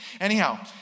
Anyhow